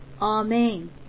amen